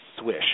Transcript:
swish